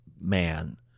man